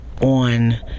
on